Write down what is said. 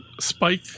spike